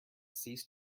cease